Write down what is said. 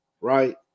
Right